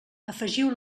afegiu